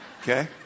Okay